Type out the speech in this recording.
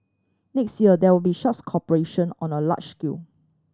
next year there will be such cooperation on a large scale